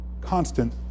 constant